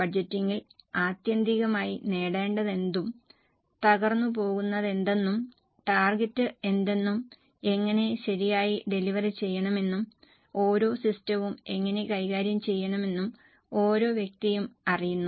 ബഡ്ജറ്റിംഗിൽ ആത്യന്തികമായി നേടേണ്ടതെന്തും തകർന്നുപോകുന്നതെന്തെന്നും ടാർഗറ്റ് എന്തെന്നും എങ്ങനെ ശരിയായി ഡെലിവറി ചെയ്യണമെന്നും ഓരോ സിസ്റ്റവും എങ്ങനെ കൈകാര്യം ചെയ്യണമെന്നും ഓരോ വ്യക്തിയും അറിയുന്നു